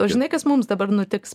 o žinai kas mums dabar nutiks